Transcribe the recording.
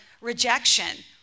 rejection